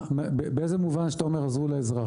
באיזה מובן שאתה אומר עזרו לאזרח?